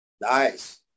Nice